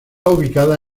ubicada